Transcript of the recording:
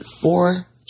four